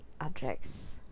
objects